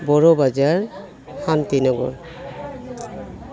Bodo Bazar Shanti Nagar